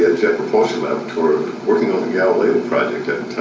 jet propulsion laboratory working on the galileo project at